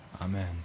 Amen